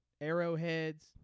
arrowheads